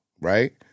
right